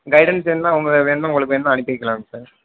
guidance வேண்னா அவங்க வேண்னா உங்களுக்கு வேண்னா அனுப்பி வைக்கலாங்க சார்